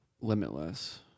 Limitless